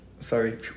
sorry